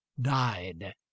died